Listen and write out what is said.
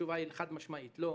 התשובה היא: חד-משמעית, לא.